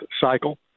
cycle